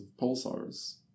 pulsars